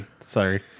sorry